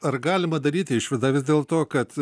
ar galima daryti išvadą vis dėl to kad